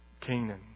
Canaan